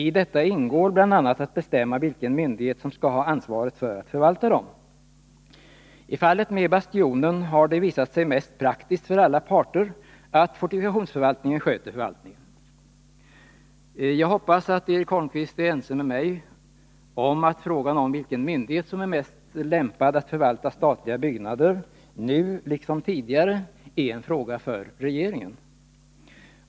I detta ingår bl.a. att bestämma vilken myndighet som skall ha ansvaret för att förvalta dem. När det gäller Bastionen har det visat sig mest praktiskt för alla parter att fortifikationsförvaltningen handhar förvaltningen. Jag hoppas att Eric Holmqvist är ense med mig om att frågan om vilken myndighet som är mest lämpad att förvalta statliga byggnader nu liksom tidigare är en fråga för regeringen.